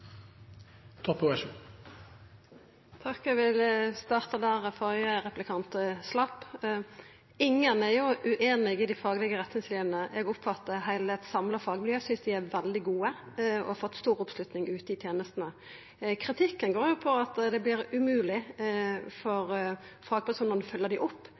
ikke politisk. Eg vil starta der førre replikant sleppte. Ingen er jo ueinige i dei faglege retningslinjene. Eg oppfattar at eit samla fagmiljø synest dei er veldig gode, og dei har fått stor oppslutning ute i tenestene. Kritikken går på at det vert umogleg for fagpersonane å følgja dei opp,